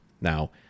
Now